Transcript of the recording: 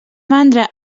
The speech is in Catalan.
mandra